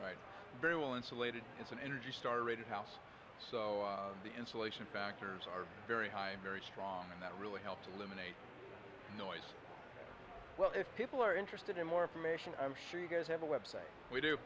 right very well insulated it's an energy star rated house so the insulation factors are very high and very strong and that really helps eliminate noise well if people are interested in more information i'm sure you guys have a web site we do